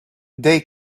they